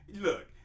look